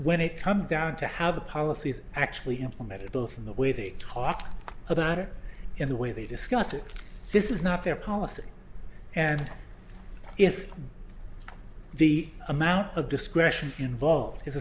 when it comes down to how the policy is actually implemented both in the way they talk about or in the way they discuss it this is not their policy and if the amount of discretion involved is